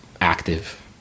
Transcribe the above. active